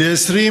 ב-20